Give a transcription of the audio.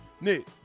Nick